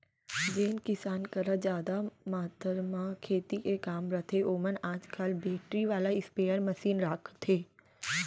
जेन किसान करा जादा मातरा म खेती के काम रथे ओमन आज काल बेटरी वाला स्पेयर मसीन राखथें